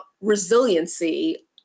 resiliency